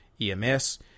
EMS